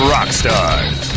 Rockstars